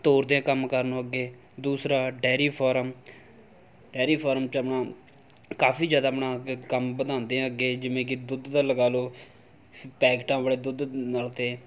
ਤੋਰਦੇ ਆ ਕੰਮ ਕਾਰ ਨੂੰ ਅੱਗੇ ਦੂਸਰਾ ਡੇਅਰੀ ਫਾਰਮ ਡੇਅਰੀ ਫਾਰਮ 'ਚ ਆਪਣਾ ਕਾਫੀ ਜ਼ਿਆਦਾ ਆਪਣਾ ਕੰਮ ਵਧਾਉਂਦੇ ਆ ਅੱਗੇ ਜਿਵੇਂ ਕਿ ਦੁੱਧ ਦਾ ਲਗਾ ਲਓ ਪੈਕੇਟਾਂ ਵਾਲੇ ਦੁੱਧ ਨਾਲ ਅਤੇ